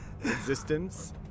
existence